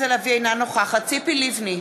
אינה נוכחת ציפי לבני,